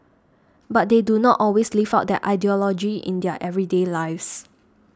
but they do not always live out that ideology in their everyday lives